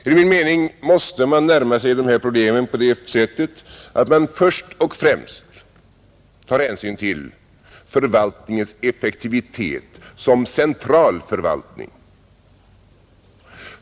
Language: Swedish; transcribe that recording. Enligt min mening måste man närma sig de här problemen på det sättet att man först och främst tar hänsyn till förvaltningens effektivitet som central förvaltning.